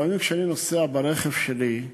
לפעמים כשאני נוסע ברכב שלי,